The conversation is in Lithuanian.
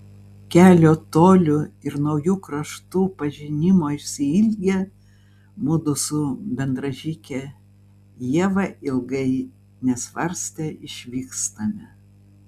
kelio tolių ir naujų kraštų pažinimo išsiilgę mudu su bendražyge ieva ilgai nesvarstę išvykstame